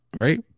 Right